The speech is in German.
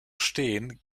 steen